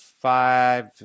Five